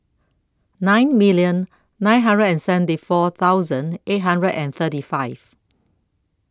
nine million nine hundred and seventy four thousand eight hundred and thirty five